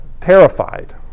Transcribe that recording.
terrified